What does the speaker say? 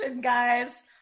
guys